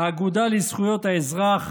האגודה לזכויות האזרח,